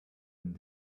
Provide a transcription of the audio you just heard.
and